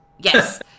Yes